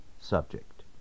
subject